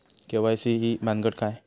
KYC ही भानगड काय?